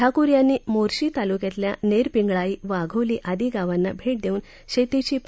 ठाकूर यांनी मोर्शी तालुक्यातल्या नेरपिंगळाई वाघोली आदी गावांना भेट देऊन शेतीची पाहणी केली